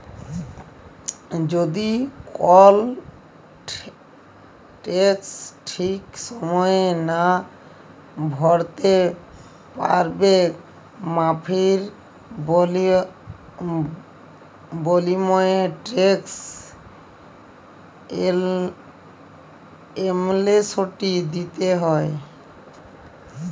যদি কল টেকস ঠিক সময়ে লা ভ্যরতে প্যারবেক মাফীর বিলীময়ে টেকস এমলেসটি দ্যিতে হ্যয়